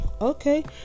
okay